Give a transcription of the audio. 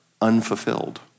unfulfilled